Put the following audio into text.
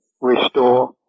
restore